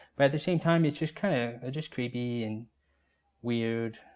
but at the same time, it's just kind of ah just creepy and weird.